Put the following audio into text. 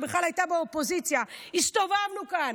שבכלל הייתה באופוזיציה הסתובבנו כאן,